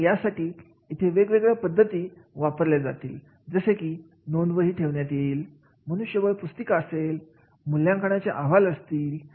आणि यासाठी इथे वेगवेगळ्या पद्धती वापरल्या जातील जसे की नोंदवही ठेवण्यात येईल मनुष्यबळ माहितीपुस्तिका असेल मूल्यांकनाचे अहवाल असतील